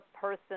person